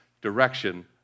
direction